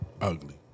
Ugly